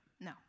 No